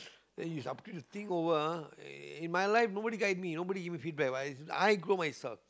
then it's up to you think over ah in my life nobody guide me nobody even feedback but is I grow myself